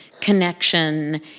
connection